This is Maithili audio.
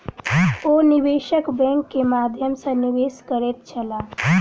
ओ निवेशक बैंक के माध्यम सॅ निवेश करैत छलाह